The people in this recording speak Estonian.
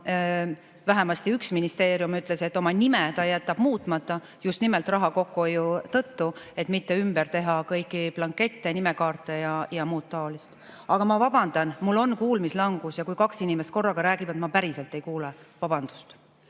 et vähemasti üks ministeerium ütles, et oma nime ta jätab muutmata just nimelt raha kokkuhoiu tõttu, et mitte ümber teha kõigi blankette, nimekaarte ja muud taolist. Aga ma vabandan, mul on kuulmislangus ja kui kaks inimest korraga räägivad, siis ma päriselt ei kuule. Vabandust!